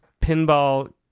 pinball